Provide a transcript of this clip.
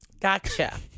Gotcha